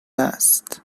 است